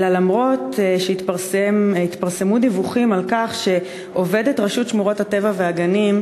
אלא אף שהתפרסמו דיווחים על כך שעובדת רשות שמורות הטבע והגנים,